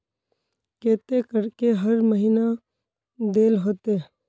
केते करके हर महीना देल होते?